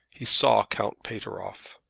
he saw count pateroff.